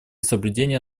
соблюдения